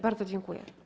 Bardzo dziękuję.